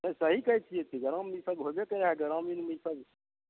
सही कहै छियै की गाममे इसब होबेके रहै ग्रामीणमे ईसब